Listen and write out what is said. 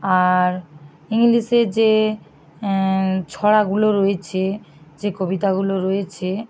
আর ইংলিশে যে ছড়াগুলো রয়েছে যে কবিতাগুলো রয়েছে